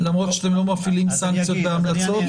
למרות שאתם לא מפעילים סנקציות בהמלצות?